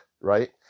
right